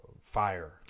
fire